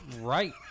Right